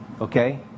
Okay